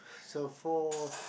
so for